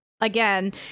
again